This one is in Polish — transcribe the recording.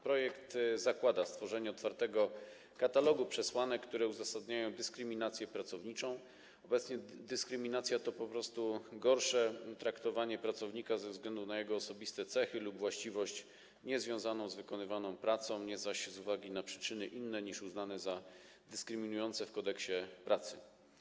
Projekt zakłada stworzenie otwartego katalogu przesłanek, które uzasadniają dyskryminację pracowniczą - obecnie dyskryminacja to po prostu gorsze traktowanie pracownika ze względu na jego osobiste cechy lub właściwość niezwiązaną z wykonywaną pracą, nie zaś z uwagi na przyczyny inne niż uznane za dyskryminujące w Kodeksie pracy.